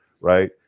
right